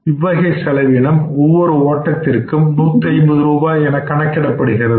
இவ்வகை செலவீனம் ஒவ்வொரு ஓட்டத்திற்கும் 150 ரூபாய் என கணக்கிடப்படுகிறது